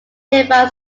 nearby